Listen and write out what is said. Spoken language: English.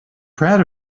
proud